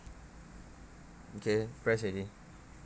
okay press already